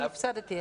הפסדתי.